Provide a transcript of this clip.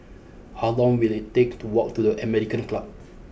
how long will it take to walk to the American Club